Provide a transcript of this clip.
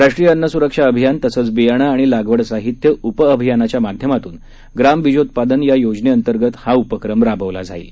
राष्ट्रीय अन्नसुरक्षा अभियान तसंच बियाणं आणि लागवड साहित्य उपअभियानाच्या माध्यमातून ग्राम बिजोत्पादन या योजनेंतर्गत हा उपक्रम राबवला जाईल